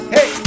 Hey